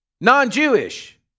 non-Jewish